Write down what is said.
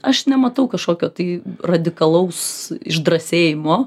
aš nematau kažkokio tai radikalaus išdrąsėjimo